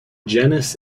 genus